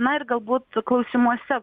na ir galbūt klausimuose